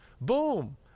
Boom